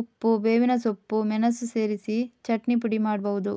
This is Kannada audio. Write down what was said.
ಉಪ್ಪು, ಬೇವಿನ ಸೊಪ್ಪು, ಮೆಣಸು ಸೇರಿಸಿ ಚಟ್ನಿ ಪುಡಿ ಮಾಡ್ಬಹುದು